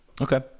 Okay